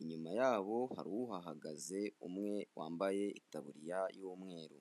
inyuma yabo hari uhahagaze umwe wambaye itaburiya y'umweru.